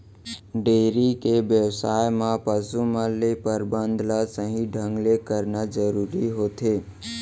dairy के बेवसाय म पसु मन के परबंध ल सही ढंग ले करना जरूरी होथे